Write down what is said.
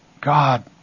God